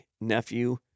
nephew